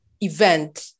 event